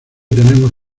tenemos